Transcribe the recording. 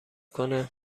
کنه